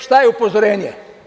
Šta je upozorenje?